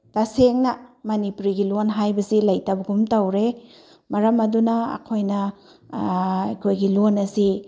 ꯇꯁꯦꯡꯅ ꯃꯅꯤꯄꯨꯔꯤꯒꯤ ꯂꯣꯟ ꯍꯥꯏꯕꯁꯤ ꯂꯩꯇꯕꯒꯨꯝ ꯇꯧꯔꯦ ꯃꯔꯝ ꯑꯗꯨꯅ ꯑꯩꯈꯣꯏꯅ ꯑꯩꯈꯣꯏꯒꯤ ꯂꯣꯟ ꯑꯁꯤ